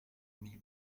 mille